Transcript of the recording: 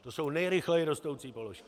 To jsou nejrychleji rostoucí položky.